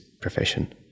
profession